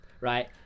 Right